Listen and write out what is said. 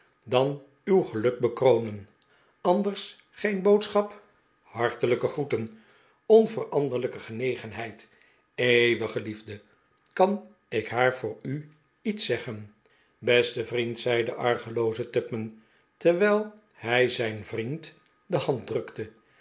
dan uw geluk bekronen anders geen boodschap hartelijke groeten onveranderlijke genegenheid eeuwige liefde kan ik haar voor u iets zeggen beste vriend zei de argelooze tupman terwijl hij zijn vriend de hand drukte